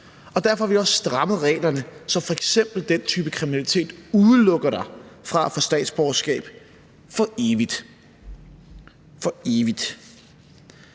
Derfor har vi også strammet reglerne, så f.eks. den type kriminalitet udelukker en fra at få statsborgerskab for evigt – for evigt!